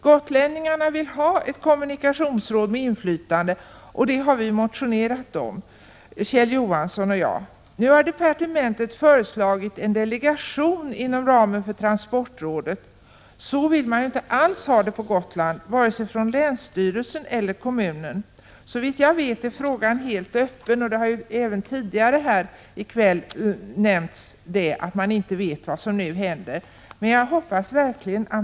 Gotlänningarna vill ha ett kommunikationsråd med inflytande, vilket Kjell Johansson och jag har motionerat om. Nu har departementet föreslagit att en delegation skall utses inom ramen för transportrådet. Men så vill verken länsstyrelsen eller kommunen på Gotland ha det. Såvitt jag vet är frågan för närvarande öppen. Det har även tidigare i Prot. 1986/87:127 «kväll nämnts att man inte vet vad som skall hända.